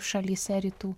šalyse rytų